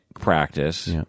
practice